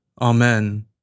Amen